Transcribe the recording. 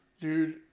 dude